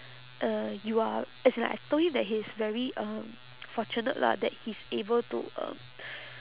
uh you are as in like I told him that he's very um fortunate lah that he is able to um